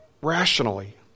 rationally